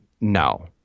no